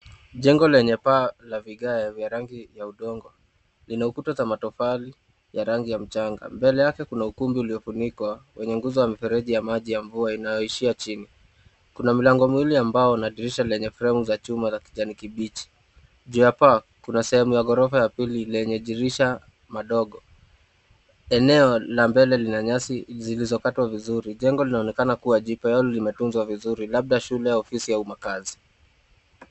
Jengo lenye paa la vigaya vya rangi ya udongo. Lina ukuta ya matofali ya rangi ya mchanga .Mbele yake kuna ukumbi uliofunikwa wenye guzo wa mifereji ya maji ya mvua inayoishia chini .Kuna milango miwili ya mbao na dirisha lenye fremu za chuma za kijani kibichi. Juu ya paa kuna sehemu ya ghorofa ya pili lenye dirisha madogo. Eneo la mbele lina nyasi zilizokatwa vizuri .Jengo linaonekana kuwa jipya yaani limetunzwa vizuri labda shule ya ofisi au makazi.